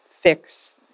fix